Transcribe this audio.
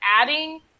adding